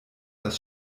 das